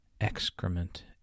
excrement